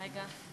רגע.